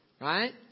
right